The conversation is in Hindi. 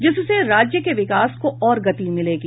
जिससे राज्य के विकास को और गति मिलेगी